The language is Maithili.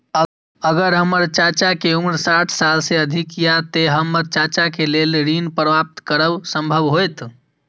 अगर हमर चाचा के उम्र साठ साल से अधिक या ते हमर चाचा के लेल ऋण प्राप्त करब संभव होएत?